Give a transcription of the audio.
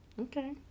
Okay